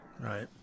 Right